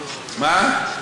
מה?